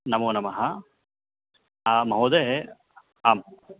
नमो नमः महोदय आं